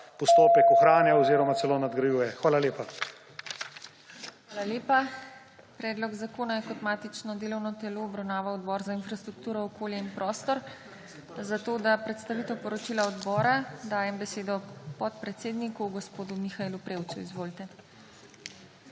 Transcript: postopek ohranja oziroma celo nadgrajuje. Hvala lepa. **PODPREDSEDNICA TINA HEFERLE:** Hvala lepa. Predlog zakona je kot matično delovno telo obravnaval Odbor za infrastrukturo, okolje in prostor. Zato za predstavitev poročila odbora dajem besedo podpredsedniku gospodu Mihaelu Prevcu. Izvolite.